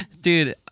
dude